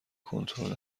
کنترل